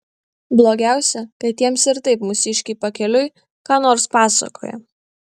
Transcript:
blogiausia kad jiems ir taip mūsiškiai pakeliui ką nors pasakoja